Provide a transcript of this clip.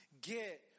get